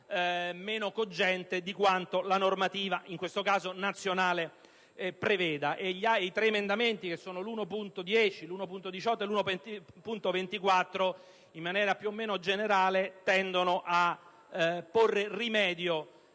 meno cogente di quanto preveda la normativa, in questo caso, nazionale. I tre emendamenti 1.10, 1.18 e 1.24, in maniera più o meno generale, tendono a porre rimedio